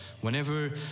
Whenever